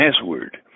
password